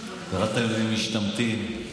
קראתם להם משתמטים,